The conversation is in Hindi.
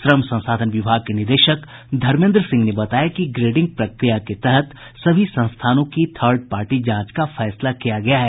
श्रम संसाधन विभाग के निदेशक धर्मेन्द्र सिंह ने बताया कि ग्रेडिंग प्रक्रिया के तहत सभी संस्थानों की थर्ड पार्टी जांच का फैसला किया गया है